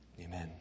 Amen